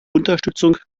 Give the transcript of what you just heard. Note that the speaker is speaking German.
unterstützung